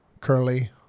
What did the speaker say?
Curly